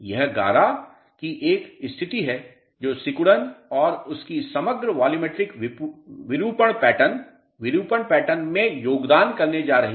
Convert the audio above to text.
यह गारा स्लरी की एक स्थिति है जो सिकुड़न और इसके समग्र वॉल्यूमेट्रिक विरूपण पैटर्न विरूपण पैटर्न में योगदान करने जा रही है